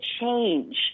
change